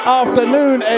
afternoon